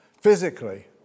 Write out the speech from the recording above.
physically